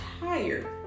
tired